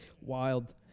wild